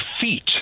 feet